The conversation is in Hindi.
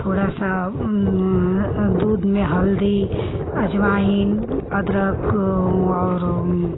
थोड़ा सा दूध में हल्दी अजवाइन अदरक और